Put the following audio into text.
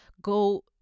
go